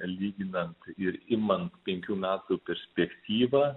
lyginant ir imant penkių metų perspektyvą